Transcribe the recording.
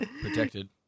Protected